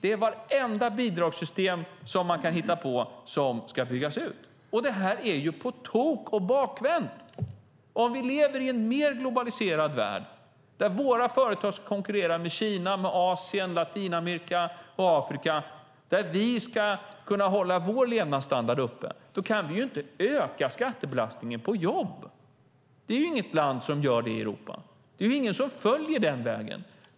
Det är vartenda bidragssystem som man kan hitta på som ska byggas ut. Det här är ju på tok och bakvänt. Det är ju inget land i Europa som gör det. Det är ingen som följer den vägen.